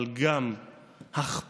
אבל גם הכפלת